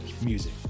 music